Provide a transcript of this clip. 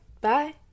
Bye